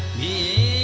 the